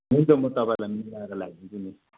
हुन्छ म तपाईँलाई मिलाएर लाइदिन्छु नि